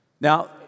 Now